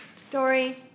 story